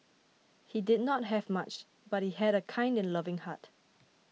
he did not have much but he had a kind and loving heart